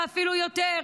ואפילו יותר.